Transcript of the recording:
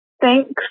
thanks